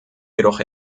jedoch